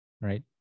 right